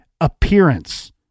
appearance